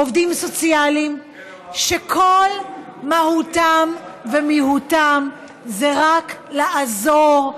עובדים סוציאליים שכל מהותם ומיהותם זה רק לעזור,